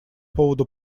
поводу